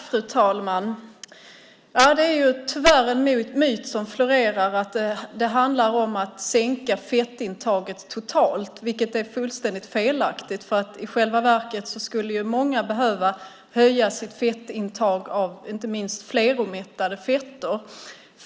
Fru talman! Det är tyvärr en myt som florerar att det handlar om att sänka fettintaget totalt, vilket är fullständigt felaktigt. I själva verket skulle många behöva öka sitt fettintag av inte minst fleromättade fetter.